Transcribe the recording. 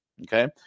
okay